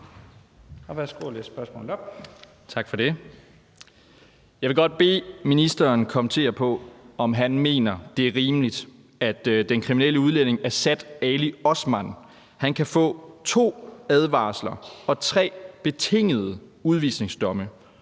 Jeg vil godt bede ministeren kommentere på, om han mener, det er rimeligt, at den kriminelle udlænding Asad Ali Osman kan få to advarsler og tre betingede udvisningsdomme,